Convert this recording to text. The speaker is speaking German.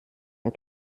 ihr